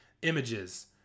Images